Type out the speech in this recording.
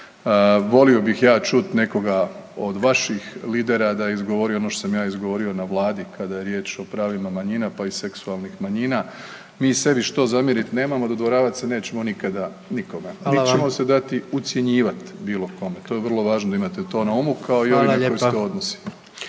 volio bih ja čut nekoga od vaših lidera da je izgovorio ono što sam ja izgovorio na Vladi kada je riječ o pravima manjina pa i seksualnih manjina. mi sebi što zamjerit nemamo, dodvoravat se nećemo nikada nikome, nit ćemo se dati ucjenjivati bilo …/Upadica predsjednik: hvala vam./… kome, to je vrlo